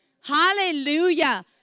Hallelujah